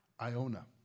Iona